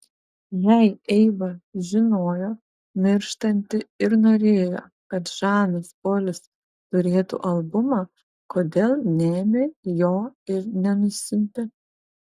jei eiva žinojo mirštanti ir norėjo kad žanas polis turėtų albumą kodėl neėmė jo ir nenusiuntė